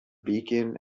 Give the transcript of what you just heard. beacon